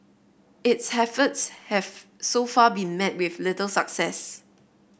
its efforts have so far been met with little success